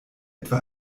etwa